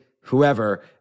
whoever